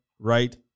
right